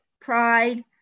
Pride